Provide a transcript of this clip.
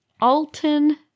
Alton